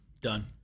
done